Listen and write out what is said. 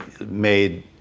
made